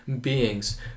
beings